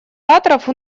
ораторов